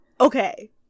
Okay